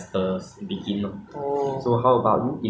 err 我是上个星期四